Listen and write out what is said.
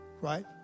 right